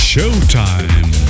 Showtime